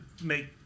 make